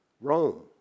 Rome